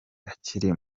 akiri